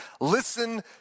listen